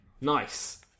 Nice